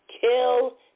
kill